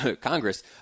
Congress